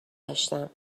داشتم